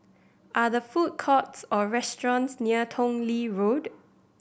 are the food courts or restaurants near Tong Lee Road